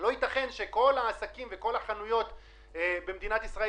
לא ייתכן שכל העסקים וכל החנויות במדינת ישראל